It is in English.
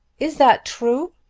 is that true?